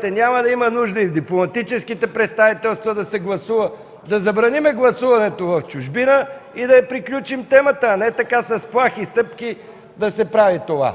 секции, няма да има нужда и в дипломатическите представителства да се гласува. Да забраним гласуването в чужбина и да приключим темата, а не така с плахи стъпки да се прави това.